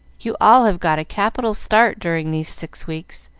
you all have got a capital start during these six weeks,